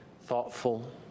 thoughtful